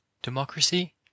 Democracy